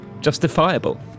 justifiable